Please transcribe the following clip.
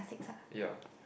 ya